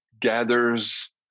gathers